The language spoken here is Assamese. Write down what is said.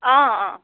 অঁ অঁ